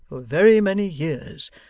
for very many years,